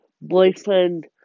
Boyfriend